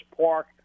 park